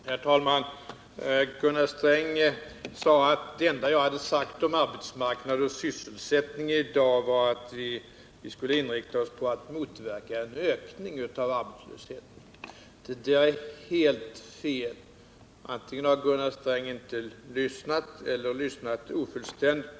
Herr talman! Gunnar Sträng påstod att det enda jag hade sagt om arbetsmarknad och sysselsättning i dag var att vi skulle inrikta oss på att motverka en ökning av arbetslösheten. Det är helt fel. Antingen har Gunnar Sträng inte lyssnat eller också har han lyssnat ofullständigt.